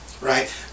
Right